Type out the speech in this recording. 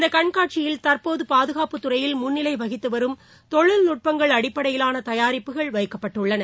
இந்த கண்காட்சியில் தற்போது பாதுகாப்புத்துறையில் முன்னிலை வகித்து வரும் தொழில்நுட்பங்கள் அடிப்படையிலான தயாரிப்புகள் வைக்கப்பட்டுள்ளன